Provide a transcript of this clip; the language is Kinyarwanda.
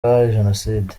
jenoside